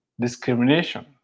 discrimination